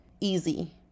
easy